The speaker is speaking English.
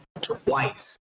twice